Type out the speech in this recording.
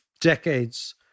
decades